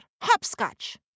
...hopscotch